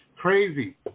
Crazy